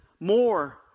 more